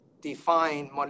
define